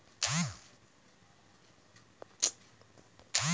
UPI चे statement तपासता येते का?